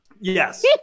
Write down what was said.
Yes